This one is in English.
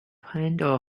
handle